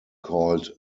called